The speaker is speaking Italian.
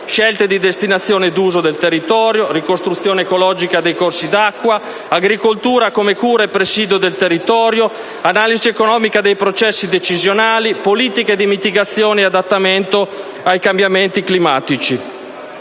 scelte di destinazione d'uso del territorio, ricostruzione ecologica dei corsi d'acqua, agricoltura come cura e presidio del territorio, analisi economica nei processi decisionali, politiche di mitigazione e adattamento ai cambiamenti climatici,